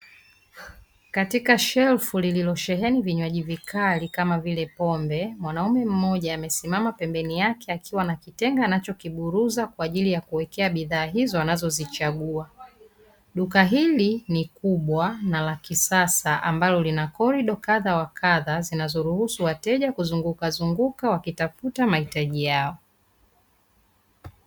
Katika shelfu lililosheheni vinywaji vikali kama vile pombe, mwanamume mmoja amesimama pembeni yake akiwa na kitega anachokiburuza kwa ajili ya kuwekea bidhaa hizo anazozichagua. Duka hili ni kubwa na la kisasa ambalo lina korido kadha wa kadha zinazoruhusu wateja kuzunguka zunguka wakitafuta mahitaji yao.